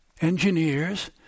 engineers